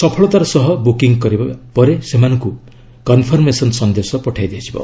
ସଫଳତାର ସହ ବୁକିଙ୍ଗ୍ କରିବା ପରେ ସେମାନଙ୍କୁ କନ୍ଫରମେସନ୍ ସନ୍ଦେଶ ପଠାଇ ଦିଆଯିବ